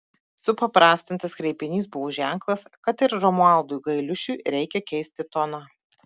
supaprastintas kreipinys buvo ženklas kad ir romualdui gailiušiui reikia keisti toną